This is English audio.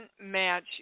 match